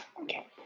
Okay